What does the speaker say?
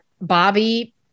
Bobby